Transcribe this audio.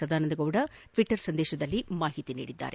Sadananda Gowda Twitter ಸಂದೇಶದಲ್ಲಿ ಮಾಹಿತಿ ನೀಡಿದ್ದಾರೆ